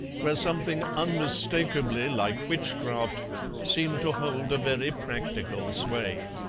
where something unmistakably like witchcraft seemed to hold a very practical sway.